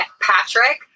Patrick